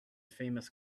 famous